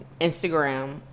Instagram